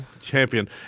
champion